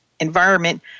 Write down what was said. environment